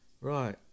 Right